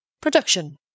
Production